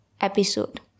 episode